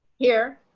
here.